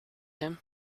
him